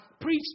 preach